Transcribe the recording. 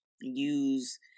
use